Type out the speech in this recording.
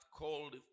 called